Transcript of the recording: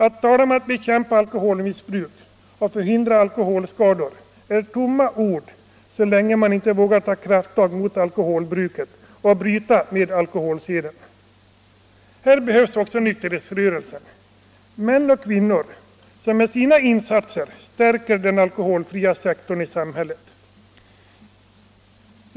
Att tala om att bekämpa alkoholmissbruket och förhindra alkoholskador är tomma ord så länge man inte vågar ta krafttag mot alkoholbruket och bryta med alkoholseden. Här behövs också nykterhetsrörelsen, män och kvinnor som med sina insatser stärker den alkoholfria sektorn i samhället.